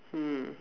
mm